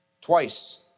Twice